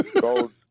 gold